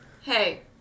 Hey